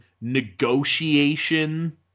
negotiation